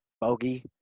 Bogey